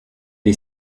les